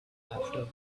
after